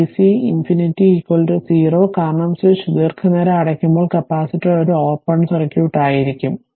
അതിനാൽic ∞ 0 കാരണം സ്വിച്ച് ദീർഘനേരം അടയ്ക്കുമ്പോൾ കപ്പാസിറ്റർ ഒരു ഓപ്പൺ സർക്യൂട്ട് ആയിരിക്കും